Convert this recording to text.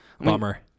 Bummer